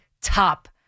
top